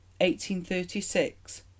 1836